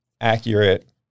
accurate